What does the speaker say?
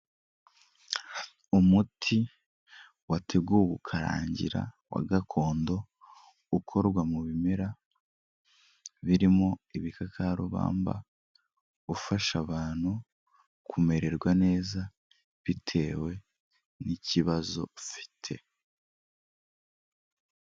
Umuti wateguwe ukarangira wa gakondo, ukorwa mu bimera birimo ibikakarubamba ufasha abantu kumererwa neza bitewe n'ikibazo ufite.